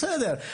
אז בסדר.